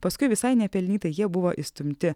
paskui visai nepelnytai jie buvo išstumti